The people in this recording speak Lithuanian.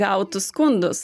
gautus skundus